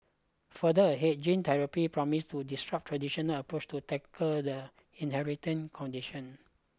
further ahead gene therapy promises to disrupt traditional approaches to tackle the inheriting condition